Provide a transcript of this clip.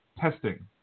testing